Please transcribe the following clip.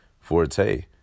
forte